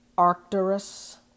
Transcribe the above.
Arcturus